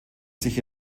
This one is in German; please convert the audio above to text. sich